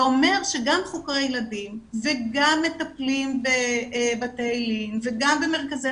זה אומר שגם חוקרי ילדים וגם מטפלים וגם במרכזי